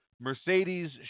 Mercedes